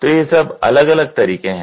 तो ये सब अलग अलग तरीके हैं